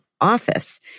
office